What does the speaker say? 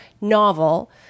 novel